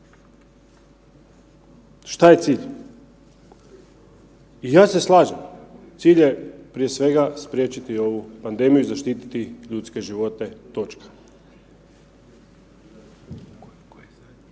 Šta je cilj? Ja se slažem, cilj je prije svega spriječiti ovu pandemiju i zaštiti ljudske živote i točka.